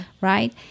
right